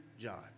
John